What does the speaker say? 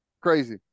Crazy